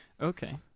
Okay